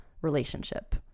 relationship